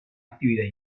actividad